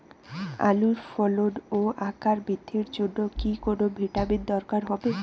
আলুর ফলন ও আকার বৃদ্ধির জন্য কি কোনো ভিটামিন দরকার হবে?